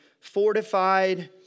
fortified